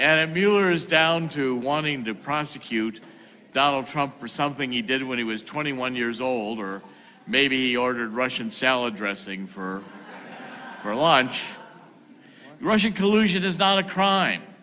and miller is down to wanting to prosecute donald trump for something he did when he was twenty one years old or maybe ordered russian salad dressing for for launch russian collusion is not a crime